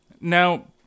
Now